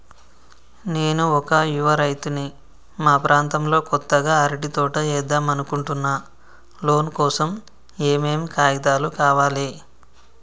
నేను ఒక యువ రైతుని మా ప్రాంతంలో కొత్తగా అరటి తోట ఏద్దం అనుకుంటున్నా లోన్ కోసం ఏం ఏం కాగితాలు కావాలే?